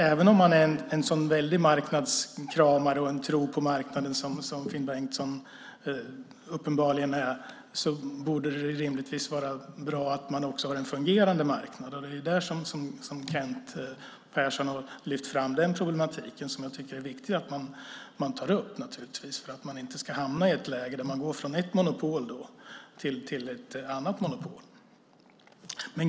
Även om man är en sådan marknadskramare som Finn Bengtsson uppenbarligen är och har en sådan väldig tro på marknaden borde man rimligtvis tycka att det är bra att man också har en fungerande marknad. Det är den problematiken som Kent Persson har lyft fram. Jag tycker att det är viktigt att man tar upp den så att vi inte ska hamna i ett läge där vi går från ett monopol till ett annat.